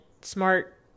smart